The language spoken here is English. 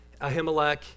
Ahimelech